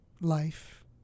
life